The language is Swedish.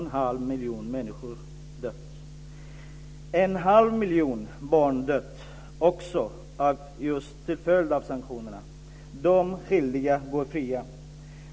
En halv miljon barn har dött just till följd av sanktionerna. De skyldiga går fria.